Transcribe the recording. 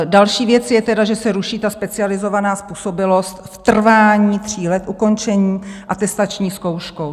Další věc je tedy, že se ruší specializovaná způsobilost v trvání tří let ukončení atestační zkouškou.